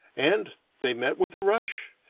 and they met with a rush!